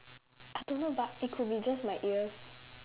I don't know but it could be just my ears